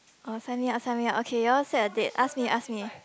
oh sign me up sign me up okay you all set a date ask me ask me